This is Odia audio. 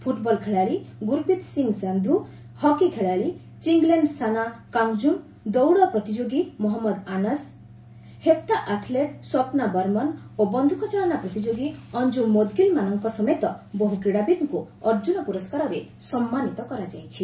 ଫ୍ରଟବଲ ଖେଳାଳି ଗୁରୁପ୍ରୀତ ସିଂହ ସାନ୍ଧୁ ହକି ଖେଳାଳି ଚିଙ୍ଗ୍ଲେନ୍ ସାନା କାଙ୍ଗୁକାମ୍ ଦୌଡ଼ ପ୍ରତିଯୋଗୀ ମହମ୍ମଦ ଆନାସ୍ ହେପ୍ତା ଆଥଲେଟ୍ ସ୍ୱପ୍ନା ବରମନ୍ ଓ ବନ୍ଧୁକଚାଳନା ପ୍ରତିଯୋଗୀ ଅଞ୍ଜୁମ ମୋଦଗିଲ୍ମାନଙ୍କ ସମେତ ବହୁ କ୍ରୀଡ଼ାବିତ୍ଙ୍କୁ ଅର୍ଜ୍ଜୁନ ପୁରସ୍କାରରେ ସମ୍ମାନୀତ କରାଯାଇଛି